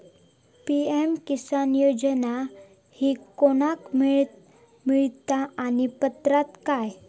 PM Kisan योजना ही कोणाक मिळता आणि पात्रता काय?